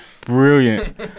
brilliant